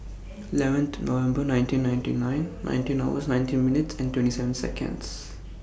eleven November nineteen ninety nine nineteen hours nineteen minutes and twenty seven Seconds